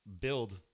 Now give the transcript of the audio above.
build